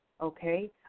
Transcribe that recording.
okay